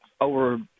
over